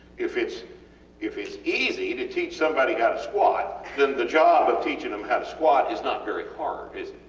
if its if its easy to teach somebody how to squat then the job of teaching them how to squat is not very hard is